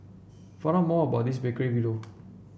find out more about this bakery below